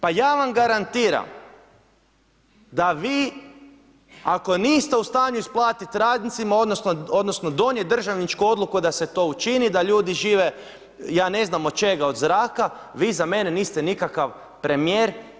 Pa ja vam garantiram da vi ako niste u stanju isplatit radnicima odnosno donijet državničku odluku da se to učini, da ljudi žive ja ne znam od čega, od zraka vi za mene niste nikakav premijer.